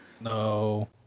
No